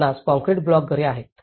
50 concrete block घरे आहेत